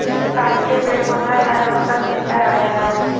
पानी से पेड़ पौधा जानवर सब जिन्दा रहेले